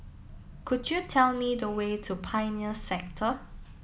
could you tell me the way to Pioneer Sector